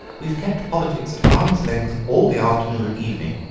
we've kept politics at arm's length all the afternoon and evening.